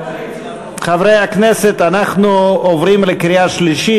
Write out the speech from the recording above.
חברי הכנסת, אנחנו עוברים לקריאה שלישית.